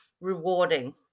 rewarding